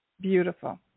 beautiful